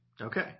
Okay